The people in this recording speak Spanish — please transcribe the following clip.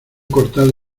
cortado